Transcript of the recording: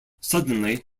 suddenly